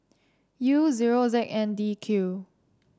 U zero Z N D Q